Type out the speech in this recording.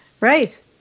Right